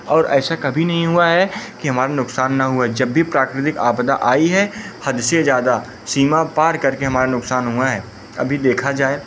और ऐसा कभी नहीं हुआ है कि हमारा नुक़सान ना हुआ जब भी प्राकृतिक आपदा आई है हद से ज़्यादा सीमा पार करके हमारा नुक़सान हुआ है अभी देखा जाए